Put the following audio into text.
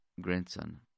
grandson